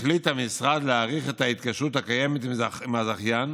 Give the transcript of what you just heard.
החליט המשרד להאריך את ההתקשרות הקיימת עם הזכיין